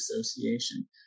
Association